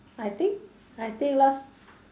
I think I think last